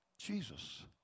Jesus